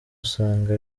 usanga